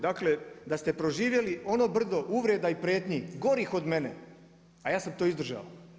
Dakle da se proživjeli ono brdo uvreda i prijetnji, gorih od mene, a ja sam to izdržao.